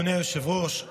אדוני היושב-ראש,